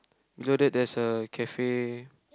before that there is a cafe